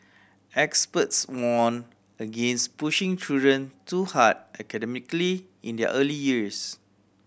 experts warn against pushing children too hard academically in their early years